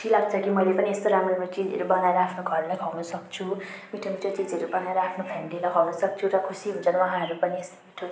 खुसी लाग्छ कि मैले पनि यस्तो राम्रो राम्रो चिजहरू बनाएर आफ्नो घरलाई खुवाउनु सक्छु मिठो मिठो चिजहरू बनाएर आफ्नो फ्यामिलीलाई खुवाउनु सक्छु र खुसी हुन्छन् उहाँहरू पनि यस्तो मिठो